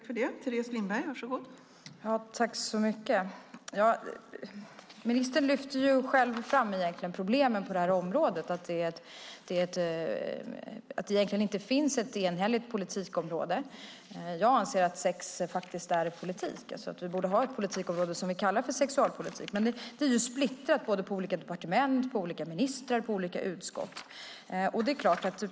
Fru talman! Ministern lyfter själv fram problemen på området, att det egentligen inte finns ett sammanhållet politikområde. Men jag anser att sex är politik och att vi borde ha ett politikområde som vi kallar sexualpolitik. Nu är det splittrat på olika departement, olika ministrar och olika utskott.